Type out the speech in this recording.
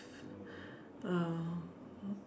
uh